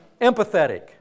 empathetic